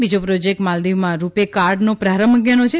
બીજો પ્રોજેક્ટ માલદીવમાં રૂપે કાર્ડનો પ્રારંભ અંગેનો છે